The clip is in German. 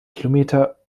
kilometer